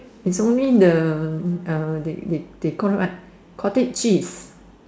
is only the uh they they they call what cottage cheese